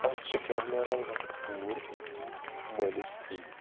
آز چھِ گَرِ نیران لۄکٕٹ کوٗر مٲلِس تھی